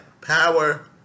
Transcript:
power